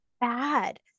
bad